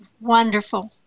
Wonderful